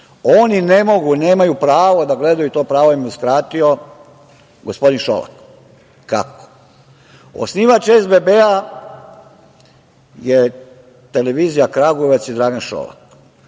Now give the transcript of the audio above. oni ne mogu, nemaju pravo da gledaju, to pravo im je uskratio gospodin Šolak. Kako? Osnivač SBB-a je Televizija Kragujevac i Dragan Šolak.